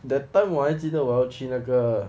that time 我还记得我要去那个